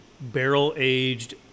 barrel-aged